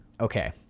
Okay